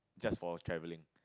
just for travelling